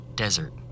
desert